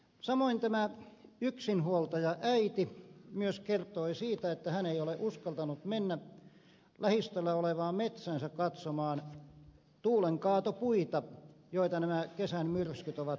samoin tämä yksinhuoltajaäiti myös kertoi siitä että hän ei ole uskaltanut mennä lähistöllä olevaan metsäänsä katsomaan tuulenkaatopuita joita nämä kesän myrskyt ovat kaataneet